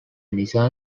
nissan